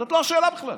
זאת לא השאלה בכלל.